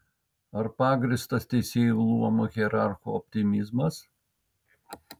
ar pagrįstas teisėjų luomo hierarcho optimizmas